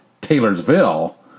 Taylorsville